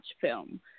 film